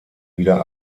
wieder